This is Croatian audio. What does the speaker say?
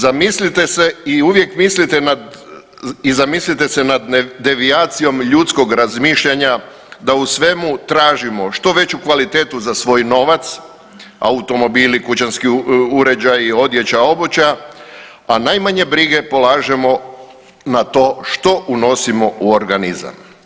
Zamislite se i uvijek mislite na i zamislite se nad devijacijom ljudskog razmišljanja da u svemu tražimo što veću kvalitetu za svoj novac, automobili, kućanski uređaji, odjeća, obuća, a najmanje brige polažemo na to što unosimo u organizam.